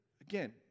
again